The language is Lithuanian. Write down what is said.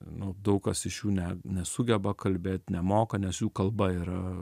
nu daug kas iš jų ne nesugeba kalbėt nemoka nes jų kalba yra